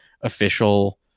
official